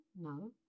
No